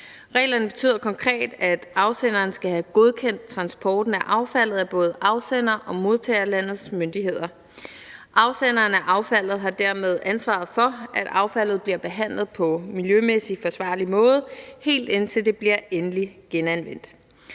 Reglerne betyder konkret, at afsenderen skal have godkendt transporten af affaldet af både afsender- og modtagerlandets myndigheder. Afsenderen af affaldet har dermed ansvaret for, at affaldet bliver behandlet på en miljømæssigt forsvarlig måde, helt indtil det bliver endeligt genanvendt.